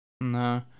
No